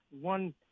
one